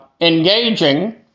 engaging